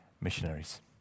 missionaries